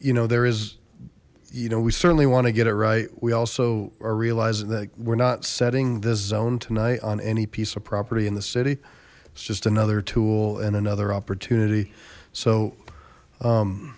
you know there is you know we certainly want to get it right we also are realizing that we're not setting this zone tonight on any piece of property in the city just another tool and another opportunity so